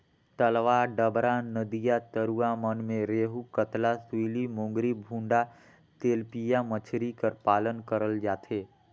तलवा डबरा, नदिया नरूवा मन में रेहू, कतला, सूइली, मोंगरी, भुंडा, तेलपिया मछरी कर पालन करल जाथे